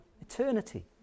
eternity